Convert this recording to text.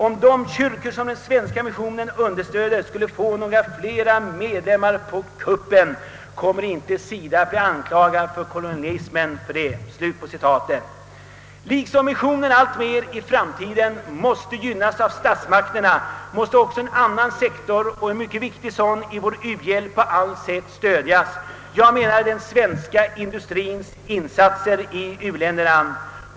Om de kyrkor, som den svenska missionen understöder, skulle få några fler medlemmar på kuppen, kommer inte SIDA att bli anklagad för kolonialism för det.» Liksom missionen i framtiden allt mer måste gynnas av statsmakterna måste även en annan och mycket viktig sektor i vår u-hjälp på allt sätt stöd jas — jag menar den svenska industriens insatser i u-länderna.